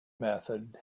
method